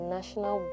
National